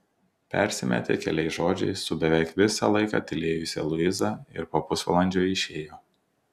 persimetė keliais žodžiais su beveik visą laiką tylėjusia luiza ir po pusvalandžio išėjo